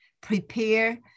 prepare